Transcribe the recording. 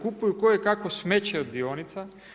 Kupuju ko i kavo smeće od dionica.